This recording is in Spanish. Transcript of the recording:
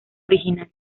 original